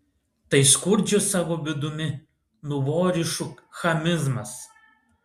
tai skurdžių savo vidumi nuvorišų chamizmas